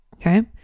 Okay